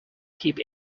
keep